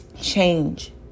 Change